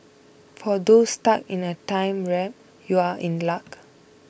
for those stuck in a time warp you are in luck